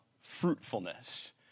fruitfulness